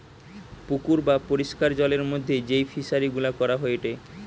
পুকুর বা পরিষ্কার জলের মধ্যে যেই ফিশারি গুলা করা হয়টে